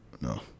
No